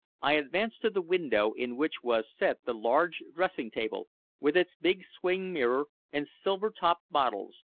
i advanced to the window, in which was set the large dressing-table with its big swing-mirror and silver-topped bottles,